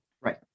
Right